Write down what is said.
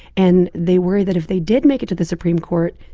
and they worry that if they did make it to the supreme court,